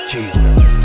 Jesus